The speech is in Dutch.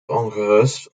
ongerust